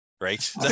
right